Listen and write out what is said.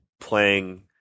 playing